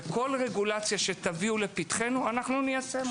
וכל רגולציה שתביאו לפתחנו ניישם אותה.